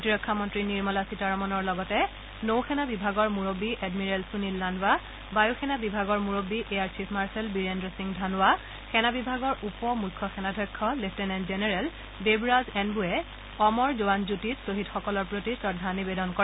প্ৰতিৰক্ষা মন্তী নিৰ্মলা সীতাৰমণৰ লগতে নৌ সেনা বিভাগৰ মূৰব্বী এডমিৰেল সুনীল লান্বা বায়ু সেনা বিভাগৰ মূৰব্বী air chief marshal Birender Singh Dhanoa সেনা বিভাগৰ উপ মুখ্য সেনাধ্যক্ষ লেফটেনেণ্ট জেনেৰেল দেৱৰাজ এনবুৱে অমৰ জোৱান জ্যোতিত ছহিদসকলৰ প্ৰতি শ্ৰদ্ধা নিবেদন কৰে